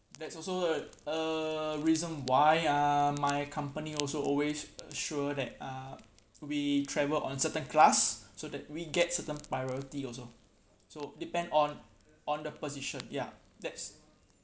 that's also a err reason why ah my company also always assure that uh we travel on certain class so that we get certain priority also so depend on on the position ya that's